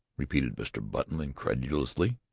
repeated mr. button incredulously.